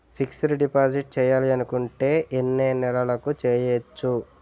Fixed deposit చేయాలి అనుకుంటే ఎన్నే నెలలకు చేయొచ్చు?